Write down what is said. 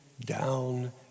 down